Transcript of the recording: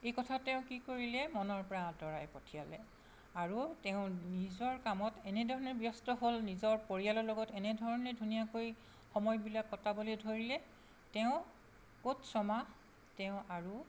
এই কথা তেওঁ কি কৰিলে মনৰ পৰা আঁতৰাই পঠিয়ালে আৰু তেওঁ নিজৰ কামত এনেধৰণে ব্যস্ত হ'ল নিজৰ পৰিয়ালৰ লগত এনেধৰণে ধুনীয়াকৈ সময়বিলাক কটাবলৈ ধৰিলে তেওঁ ক'ত ছমাহ তেওঁ আৰু